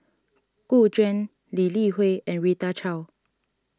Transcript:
Gu Juan Lee Li Hui and Rita Chao